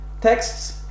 texts